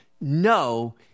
no